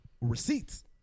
Receipts